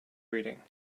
reading